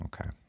Okay